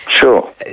Sure